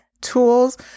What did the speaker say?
tools